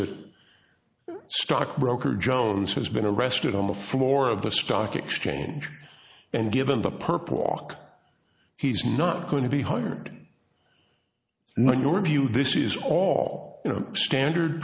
that stockbroker jones has been arrested on the floor of the stock exchange and given the perp walk he's not going to be hired now your view this is all you know standard